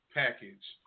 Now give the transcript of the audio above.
package